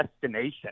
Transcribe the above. destination